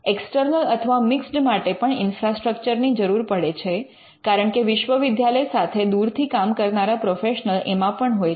external અથવા mixed માટે પણ ઇન્ફ્રસ્ટ્રક્ચર ની જરૂર પડે છે કારણકે વિશ્વવિદ્યાલય સાથે દૂરથી કામ કરનારા પ્રોફેશનલ એમાં પણ હોય છે